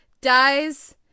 dies